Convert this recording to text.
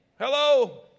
Hello